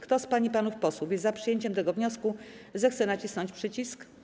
Kto z pań i panów posłów jest za przyjęciem tego wniosku, zechce nacisnąć przycisk.